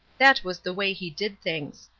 that was the way he did things.